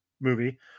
Movie